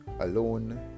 alone